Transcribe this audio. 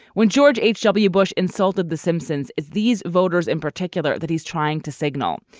when george h w. bush insulted the simpsons is these voters in particular that he's trying to signal.